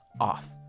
off